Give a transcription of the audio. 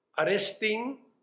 Arresting